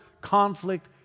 conflict